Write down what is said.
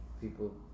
people